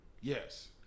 Yes